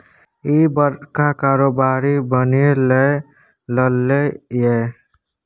इह बड़का कारोबारी बनय लए चललै ये